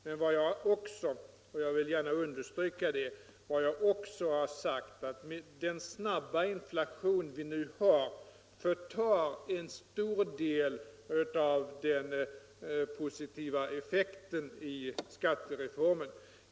Men vad jag också har sagt — och jag vill gärna understryka det — är att den snabba inflation vi nu har förtar en stor del av den positiva effekten i skattereformen.